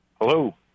Hello